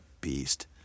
beast